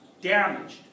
Damaged